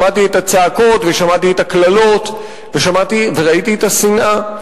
שמעתי את הצעקות ושמעתי את הקללות וראיתי את השנאה.